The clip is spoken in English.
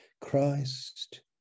christ